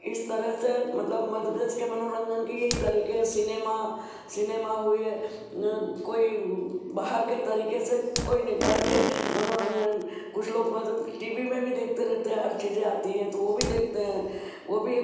इस तरह से मतलब मध्य प्रदेश के मनोरंजन के यही तरीके है सिनेमा सिनेमा हुए या कोई बाहर के तरीके से कोई नहीं घर के मनोरंजन कुछ लोग मतलब टी वी में भी देखते रहते हैं हर चीज़ें आती हैं तो वो भी देखते हैं वो भी एक